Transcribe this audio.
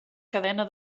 cadena